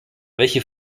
welche